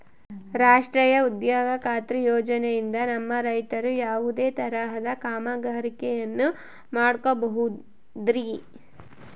ರಾಷ್ಟ್ರೇಯ ಉದ್ಯೋಗ ಖಾತ್ರಿ ಯೋಜನೆಯಿಂದ ನಮ್ಮ ರೈತರು ಯಾವುದೇ ತರಹದ ಕಾಮಗಾರಿಯನ್ನು ಮಾಡ್ಕೋಬಹುದ್ರಿ?